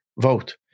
vote